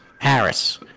Harris